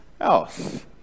else